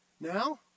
Now